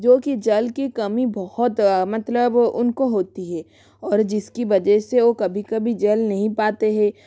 जोकि जल की कमी बहुत मतलब उनको होती है और जिसकी वजह से वो कभी कभी जल नहीं पाते है